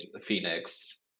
Phoenix